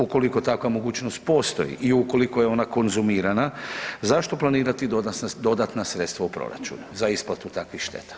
Ukoliko takva mogućnost postoji i ukoliko je ona konzumirana zašto planirati dodatna sredstva u proračunu za isplatu takvih šteta?